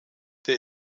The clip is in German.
der